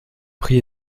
prix